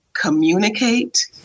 communicate